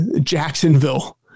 Jacksonville